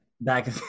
back